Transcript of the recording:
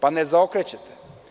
Pa, ne zaokrećete.